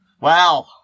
Wow